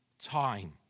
time